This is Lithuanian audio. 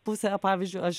pusė pavyzdžiui aš